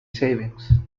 savings